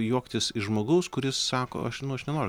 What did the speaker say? juoktis iš žmogaus kuris sako aš nu aš nenoriu